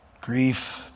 Grief